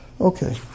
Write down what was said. okay